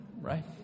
right